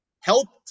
helped